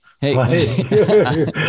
Hey